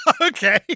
Okay